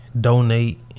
donate